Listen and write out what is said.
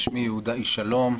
שמי יהודה איש שלום,